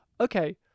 Okay